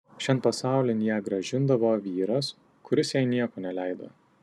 šian pasaulin ją grąžindavo vyras kuris jai nieko neleido